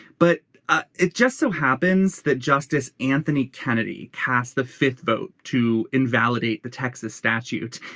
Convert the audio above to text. but ah it just so happens that justice anthony kennedy cast the fifth vote to invalidate the texas statute.